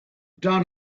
done